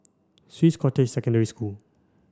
Swiss Cottage Secondary School